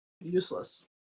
Useless